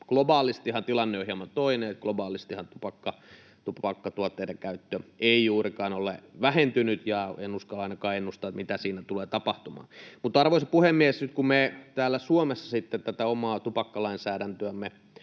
Globaalistihan tilanne on hieman toinen. Globaalistihan tupakkatuotteiden käyttö ei juurikaan ole vähentynyt, ja en uskalla ennustaa, mitä siinä tulee tapahtumaan. Arvoisa puhemies! Nyt kun me täällä Suomessa tätä omaa tupakkalainsäädäntöämme